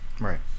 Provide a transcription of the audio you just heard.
Right